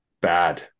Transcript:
bad